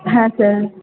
হ্যাঁ স্যার